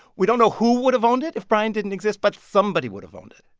we don't know who would have owned it if bryan didn't exist. but somebody would have owned it.